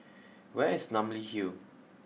where is Namly Hill